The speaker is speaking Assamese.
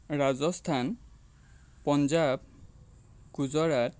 ৰাজস্থান পঞ্জাৱ গুজৰাট